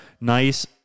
nice